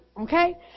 Okay